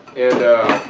and